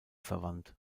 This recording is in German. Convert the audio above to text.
verwandt